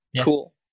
cool